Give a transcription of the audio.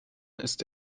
ist